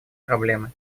проблемы